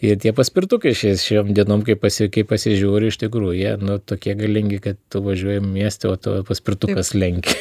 ir tie paspirtukaiše šešiom dienom kai pasi pasižiūri iš tikrųjų tokie galingi kad tu važiuoji mieste o tave paspirtukas lenkia